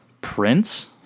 Prince